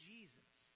Jesus